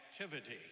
activity